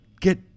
Get